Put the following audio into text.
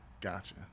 Gotcha